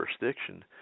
jurisdiction